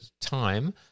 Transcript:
Time